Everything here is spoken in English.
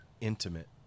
Intimate